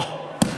וואו,